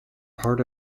part